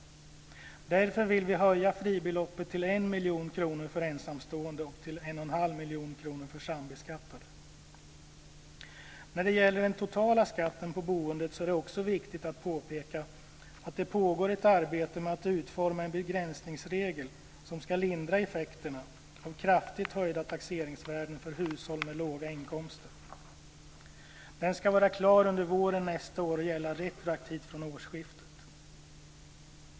Därför vill vi höja fribeloppet till 1 miljon kronor för ensamstående och 1,5 miljoner kronor för sambeskattade. När det gäller den totala skatten på boendet är det också viktigt att påpeka att det pågår ett arbete med att utforma en begränsningsregel som ska lindra effekterna av kraftigt höjda taxeringsvärden för hushåll med låga inkomster. Den ska vara klar under våren nästa år och gälla retroaktivt från årsskiftet.